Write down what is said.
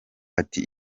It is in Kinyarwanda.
ati